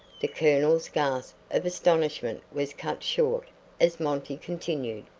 the colonel's gasp of astonishment was cut short as monty continued.